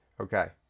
Okay